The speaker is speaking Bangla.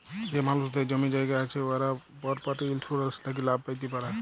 যে মালুসদের জমি জায়গা আছে উয়ারা পরপার্টি ইলসুরেলস থ্যাকে লাভ প্যাতে পারে